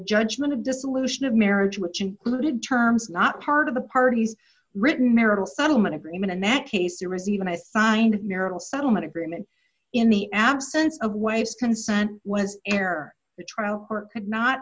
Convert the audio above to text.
judgment of dissolution of marriage which included terms not part of the parties written marital settlement agreement unmet case or is even assigned marital settlement agreement in the absence of waves consent was air the trial court could not